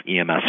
EMS